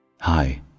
Hi